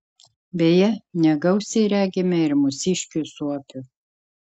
beje negausiai regime ir mūsiškių suopių